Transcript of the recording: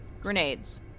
grenades